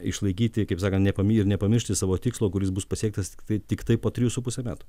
išlaikyti kaip sakant nepami ir nepamiršti savo tikslo kuris bus pasiektas tiktai tiktai po trijų su puse metų